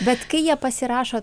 bet kai jie pasirašo